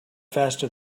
faster